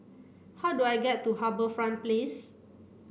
how do I get to HarbourFront Place